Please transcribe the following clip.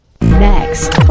Next